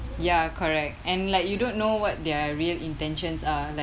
ya correct and like you don't know what their real intentions are like